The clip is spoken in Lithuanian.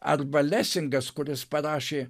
arba lesingas kuris parašė